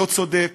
להיות צודק,